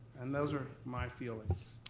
and those are my feelings.